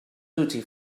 putty